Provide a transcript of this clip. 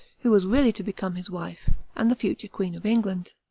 who was really to become his wife, and the future queen of england.